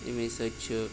اَمے سۭتۍ چھِ